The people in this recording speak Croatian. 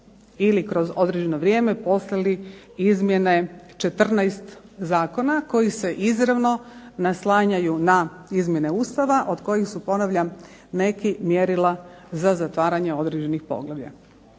ili kroz određeno vrijeme poslali izmjene 14 zakona koji se izravno naslanjaju na izmjene Ustava, od kojih su ponavljam neki mjerila za zatvaranje određenih poglavlja.